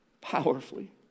powerfully